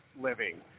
living